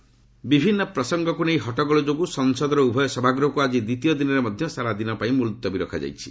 parliament ଆଡର୍ଜନ ବିଭିନ୍ନ ପ୍ରସଙ୍ଗକୁ ନେଇ ହଟ୍ଟଗୋଳ ଯୋଗୁଁ ସଂସଦର ଉଭୟ ସଭାଗୃହକୁ ଆକ୍ଟି ଦ୍ୱିତୀୟ ଦିନରେ ମଧ୍ୟ ସାରା ଦିନ ପାଇଁ ମୁଲତବୀ ରଖାଯାଇଛି